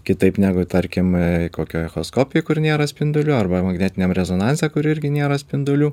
kitaip negu tarkim kokioj echoskopijoj kur nėra spindulių arba magnetiniam rezonanse kur irgi nėra spindulių